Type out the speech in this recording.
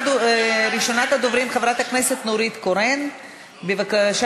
ראשונת הדוברים, חברת הכנסת נורית קורן, בבקשה.